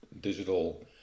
digital